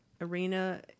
arena